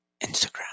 instagram